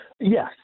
Yes